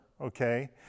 okay